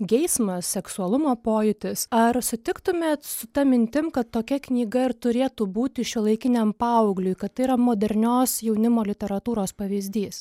geismas seksualumo pojūtis ar sutiktumėt su ta mintim kad tokia knyga ir turėtų būti šiuolaikiniam paaugliui kad tai yra modernios jaunimo literatūros pavyzdys